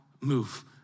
Move